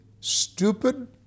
stupid